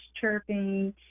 chirping